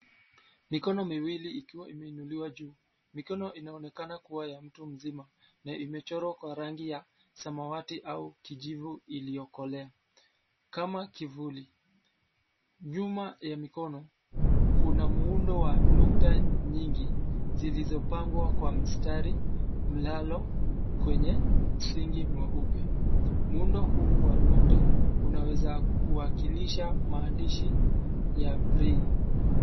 Mikono miwili ikiwa imeinuliwa juu, mikono inaonekana kuwa ya mtu mzima, na imechorwa kwa rangi ya, samawati au kijivu iliyokolea, kama kivuli, nyuma ya mikono, kuna muundo wa nukta nyingi, zilizopangwa kwa mstari, mlalo, kwenye, msingi mweupe, muundo huu wa nukta, unaweza, kuwakilisha maandishi ya braille .